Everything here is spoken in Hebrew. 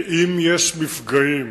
ואם יש מפגעים